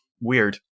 weird